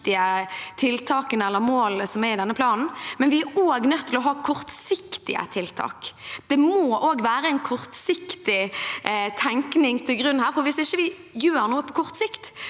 tiltakene eller målene som er i denne planen, men vi er også nødt til å ha kortsiktige tiltak. Det må også ligge en kortsiktig tenkning til grunn her, for hvis vi ikke gjør noe på kort sikt